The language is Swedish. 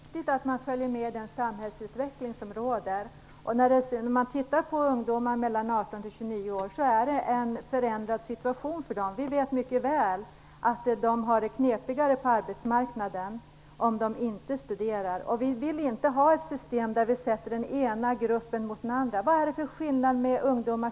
Herr talman! Det är väldigt viktigt att följa med i den samhällsutveckling som råder. För ungdomar i åldern 18-29 år är situationen förändrad. Vi vet mycket väl att de har det knepigare på arbetsmarknaden om de inte studerar. Vi vill dock inte ha ett system där den ena gruppen ställs mot den andra. Vad är det för skillnad här mellan olika ungdomar?